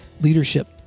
leadership